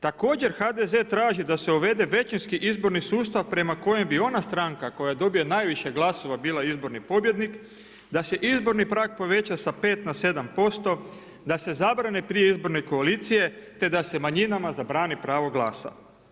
Također HDZ traži da se uvede većinski izborni sustav prema kojima bi ona stranka koja dobije najviše glasova bila izborni pobjednik, da se izborni prag poveća sa 5 na 7 %, da se zabrani prije izborne koalicije, te da se manjinama zabrani pravo glasa.